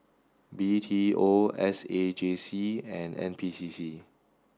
B T O S A J C and N P C C